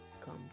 come